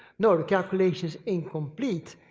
no, the calculation is incomplete.